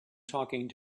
talking